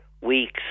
Weeks